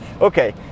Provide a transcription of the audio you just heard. Okay